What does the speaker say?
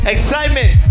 Excitement